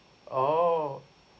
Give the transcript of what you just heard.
oh